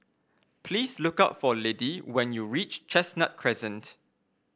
please look up for Liddie when you reach Chestnut Crescent